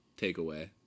takeaway